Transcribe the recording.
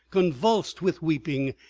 convulsed with weeping,